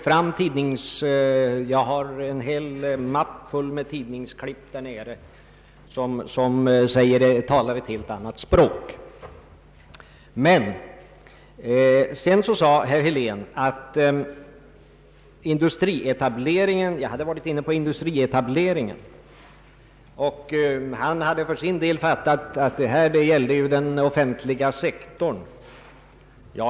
Jag har en hel mapp full med tidningsurklipp som talar ett helt annat språk. Sedan sade herr Helén att jag hade varit inne på industrietablering och att han för sin del fattat att det här gällde den offentliga sektorn.